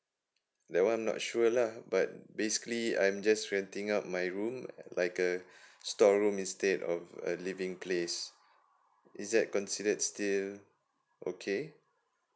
that one not sure lah but basically I'm just renting out my room like a storeroom instead of a living place is that considered still okay